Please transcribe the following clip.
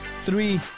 three